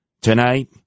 Tonight